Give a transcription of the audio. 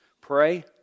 Pray